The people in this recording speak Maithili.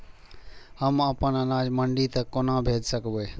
हम अपन अनाज मंडी तक कोना भेज सकबै?